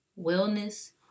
wellness